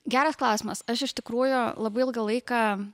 geras klausimas aš iš tikrųjų labai ilgą laiką